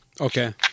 Okay